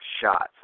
shots